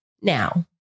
now